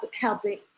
helping